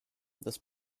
thus